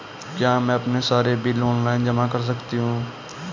क्या मैं अपने सारे बिल ऑनलाइन जमा कर सकती हूँ?